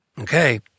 Okay